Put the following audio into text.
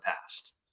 past